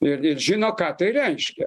ir ir žino ką tai reiškia